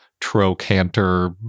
trochanter